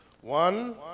One